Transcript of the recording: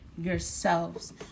yourselves